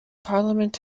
parliament